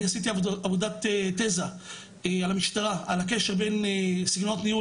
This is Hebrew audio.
אני עשיתי עבודת תזה על המשטרה על הקשר בין סגנונות ניהול